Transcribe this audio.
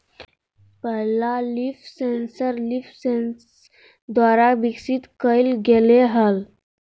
पहला leaf sensor Leafsense द्वारा विकसित कइल गेलय हल